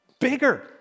bigger